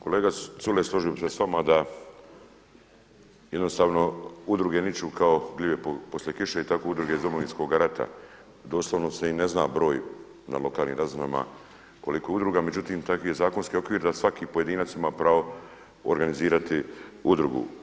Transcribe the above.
Kolega Culej složio bih se s vama da jednostavno udruge niču kao gljive kao poslije kiše i tako udruge iz Domovinskog rata, doslovno se i ne zna broj na lokalnim razinama koliki je udruga, međutim takav je zakonski okvir da svaki pojedinac ima pravo organizirati udrugu.